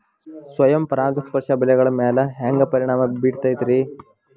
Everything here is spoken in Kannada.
ಸ್ವಯಂ ಪರಾಗಸ್ಪರ್ಶ ಬೆಳೆಗಳ ಮ್ಯಾಲ ಹ್ಯಾಂಗ ಪರಿಣಾಮ ಬಿರ್ತೈತ್ರಿ?